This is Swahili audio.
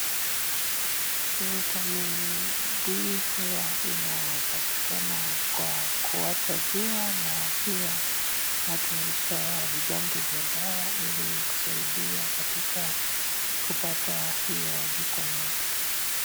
vitamin D hua inapatikana kwa kuota jua na pia watu hupewa vidonge vya dawa ili kusaidia katika kupata hiyo vitamin C